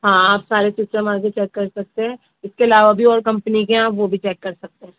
ہاں آپ سارے سسٹم آ کے چیک کر سکتے ہیں اس کے علاوہ بھی اور کمپنی کے ہیں آپ وہ بھی چیک کر سکتے ہیں